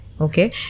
Okay